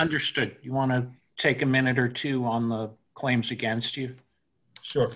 understood you want to take a minute or two on the claims against you s